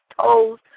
toes